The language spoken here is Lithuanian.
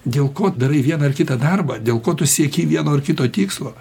dėl ko darai vieną ar kitą darbą dėl ko tu sieki vieno ar kito tikslo